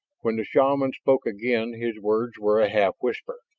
when the shaman spoke again his words were a half whisper.